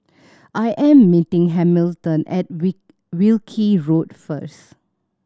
I am meeting Hamilton at weak Wilkie Road first